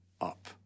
up